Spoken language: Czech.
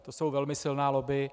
To jsou velmi silná lobby.